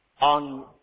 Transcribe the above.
on